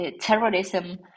terrorism